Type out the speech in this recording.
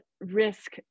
risk